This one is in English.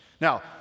Now